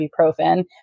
ibuprofen